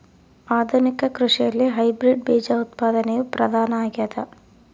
ಆಧುನಿಕ ಕೃಷಿಯಲ್ಲಿ ಹೈಬ್ರಿಡ್ ಬೇಜ ಉತ್ಪಾದನೆಯು ಪ್ರಧಾನ ಆಗ್ಯದ